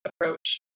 approach